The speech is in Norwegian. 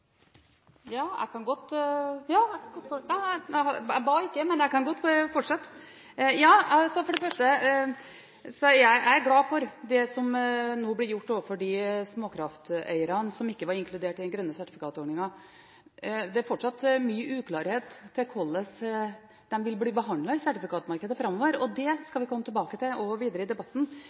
Jeg ba ikke om ordet, men jeg kan godt fortsette. Jeg trodde du hadde bedt om to. For det første er jeg glad for det som nå blir gjort for de småkrafteierne som ikke var inkludert i den grønne sertifikatordningen. Det er fortsatt mye uklarhet om hvordan de vil bli behandlet i sertifikatmarkedet framover, og det skal vi komme tilbake til også videre i debatten.